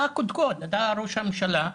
אתה הקודקוד, אתה ראש הממשלה,